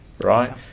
right